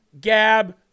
gab